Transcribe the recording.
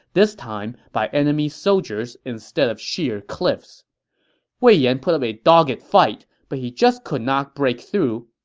this time by enemy soldiers instead of sheer cliffs wei yan put up a dogged fight, but he just could not break through.